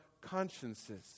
consciences